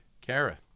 Kara